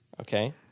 Okay